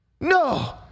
No